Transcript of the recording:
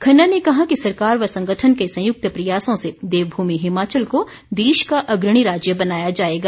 खन्ना ने कहा कि सरकार व संगठन के संयुक्त प्रयासों से देवभूमि हिमाचल को देश का अग्रणी राज्य बनाया जाएगा